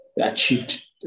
achieved